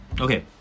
Okay